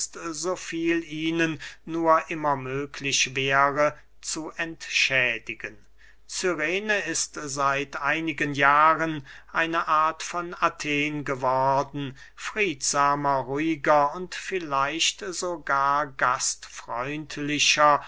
so viel ihnen nur immer möglich wäre zu entschädigen cyrene ist seit einigen jahren eine art von athen geworden friedsamer ruhiger und vielleicht sogar gastfreundlicher